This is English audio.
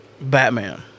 Batman